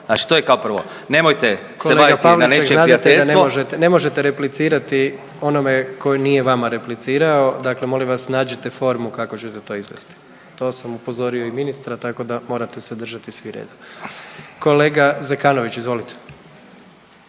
Znači to je kao prvo. Nemojte se vaditi na nečije prijateljstvo … **Jandroković, Gordan (HDZ)** Kolega Pavliček, znadete da ne možete replicirati onome koji nije vama replicirao. Dakle, molim vas nađite formu kako ćete to izvesti. To sam upozorio i ministra, tako da morate se držati svi reda. Kolega Zekanović izvolite.